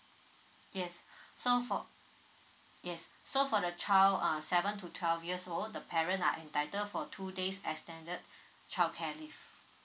yes so for yes so for the child uh seven to twelve years old the parent are entitled for two days extended childcare leave